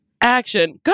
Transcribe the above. Action